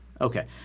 Okay